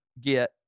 get